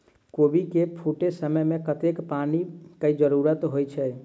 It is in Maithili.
कोबी केँ फूटे समय मे कतेक पानि केँ जरूरत होइ छै?